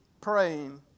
praying